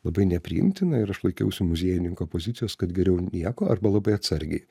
labai nepriimtina ir aš laikiausi muziejininko pozicijos kad geriau nieko arba labai atsargiai